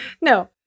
No